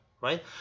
right